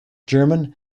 german